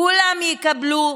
כולם יקבלו,